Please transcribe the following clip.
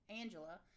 Angela